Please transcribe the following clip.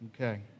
okay